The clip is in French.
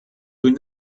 rues